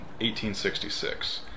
1866